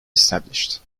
established